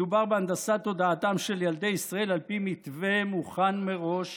מדובר בהנדסת תודעתם של ילדי ישראל על פי מתווה מוכן מראש